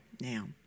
now